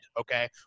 okay